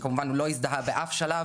כי כמובן הוא לא הזדהה באף שלב.